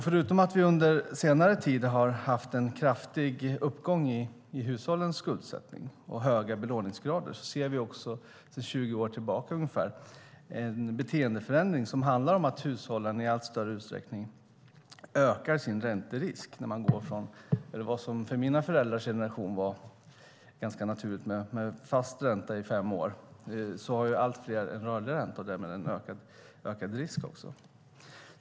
Förutom att vi under senare tid har haft en kraftig uppgång i hushållens skuldsättning och höga belåningsgrader ser vi också sedan ungefär 20 år tillbaka en beteendeförändring som handlar om att hushållen i allt större utsträckning ökar sin ränterisk. Man har gått från det som för mina föräldrars generation var ganska naturligt med fast ränta i fem år till att allt fler har rörlig ränta och därmed också en ökad risk.